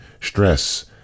stress